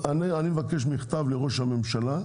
אני מבקש מכתב לראש הממשלה,